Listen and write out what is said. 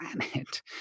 planet